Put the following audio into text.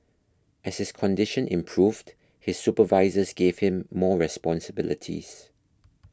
as his condition improved his supervisors gave him more responsibilities